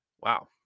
Wow